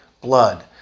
blood